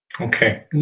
Okay